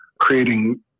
creating